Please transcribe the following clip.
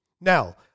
now